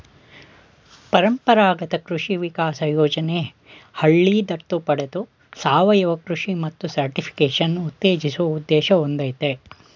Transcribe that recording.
ಪರಂಪರಾಗತ ಕೃಷಿ ವಿಕಾಸ ಯೋಜನೆ ಹಳ್ಳಿ ದತ್ತು ಪಡೆದು ಸಾವಯವ ಕೃಷಿ ಮತ್ತು ಸರ್ಟಿಫಿಕೇಷನ್ ಉತ್ತೇಜಿಸುವ ಉದ್ದೇಶ ಹೊಂದಯ್ತೆ